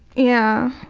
yeah.